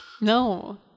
No